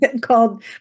called